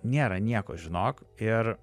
nėra nieko žinok ir